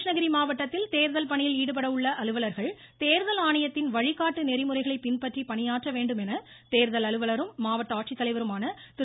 கிருஷ்ணகிரி மாவட்டத்தில் தேர்தல் பணியில் ஈடுபட உள்ள அலுவலர்கள் தேர்தல் ஆணையத்தின் வழிகாட்டு நெறிமுறைகளை பின்பற்றி பணியாற்ற வேண்டும் என தோ்தல் அலுவலரும் மாவட்ட ஆட்சித்தலைவருமான திரு